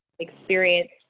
experience